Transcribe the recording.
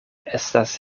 estas